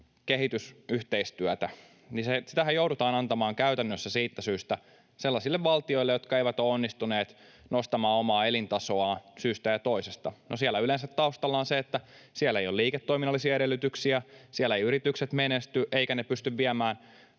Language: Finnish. kehitysyhteistyötä, niin sitähän joudutaan antamaan käytännössä sellaisille valtioille, jotka eivät ole onnistuneet nostamaan omaa elintasoaan syystä ja toisesta. No, siellä yleensä taustalla on se, että siellä ei ole liiketoiminnallisia edellytyksiä, siellä eivät yritykset menesty eivätkä ne pysty viemään